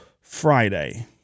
Friday